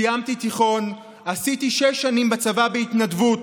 סיימתי תיכון, עשיתי שש שנים בצבא בהתנדבות,